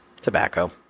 tobacco